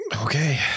Okay